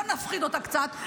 בוא נפחיד אותה קצת,